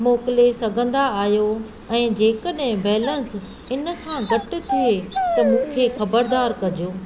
मोकिले सघंदा आहियो ऐं जेकॾहिं बैलेंसु इन खां घटि थिए त मूंखे ख़बरदारु कजो